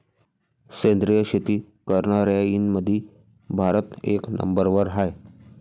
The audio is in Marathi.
सेंद्रिय शेती करनाऱ्याईमंधी भारत एक नंबरवर हाय